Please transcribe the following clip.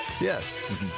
Yes